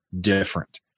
different